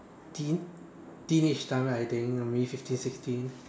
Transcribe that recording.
teen teenage time right I think maybe fifteen sixteen